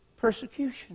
persecution